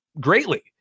greatly